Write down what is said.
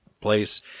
Place